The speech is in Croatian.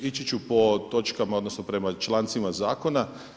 Ići ću po točkama odnosno prema člancima zakona.